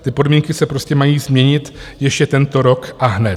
Ty podmínky se prostě mají změnit ještě tento rok a hned.